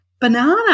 banana